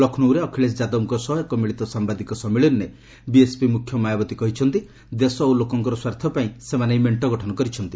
ଲକ୍ଷ୍ନୌରେ ଅଖିଳେଶ ଯାଦବଙ୍କ ସହ ଏକ ମିଳିତ ସାମ୍ବାଦିକ ସମ୍ମିଳନୀରେ ବିଏସପି ମୁଖ୍ୟ ମାୟାବତୀ କହିଛନ୍ତି ଦେଶ ଓ ଲୋକଙ୍କର ସ୍ୱାର୍ଥ ପାଇଁ ସେମାନେ ଏହି ମେଣ୍ଟ ଗଠନ କରିଛନ୍ତି